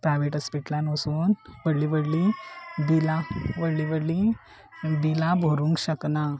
private हॉस्पिटलान वचून व्हडली व्हडली बिलां व्हडली व्हडली बिलां भरूंक शकना